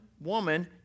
woman